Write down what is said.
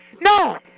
No